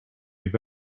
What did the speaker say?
have